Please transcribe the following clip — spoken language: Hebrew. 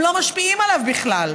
הם לא משפיעים עליו בכלל.